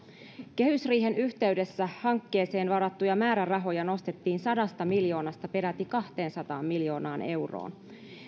kehysriihen yhteydessä hankkeeseen varattuja määrärahoja nostettiin sadasta miljoonasta perätä kahteensataan miljoonaan euroon